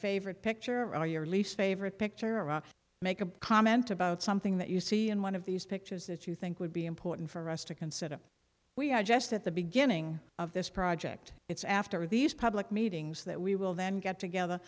favorite picture or your least favorite picture iraq make a comment about something that you see in one of these pictures that you think would be important for us to consider we are just at the beginning of this project it's after these public meetings that we will then get together